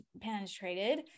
penetrated